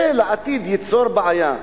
זה ייצור בעיה לעתיד.